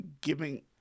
giving